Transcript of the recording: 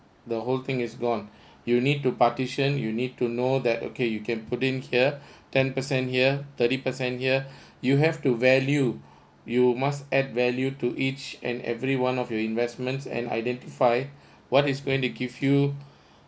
the whole thing is gone you need to partition you need to know that okay you can put in here ten percent here thirty percent here you have to value you must add value to each and every one of your investments and identify what is going to give you